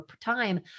time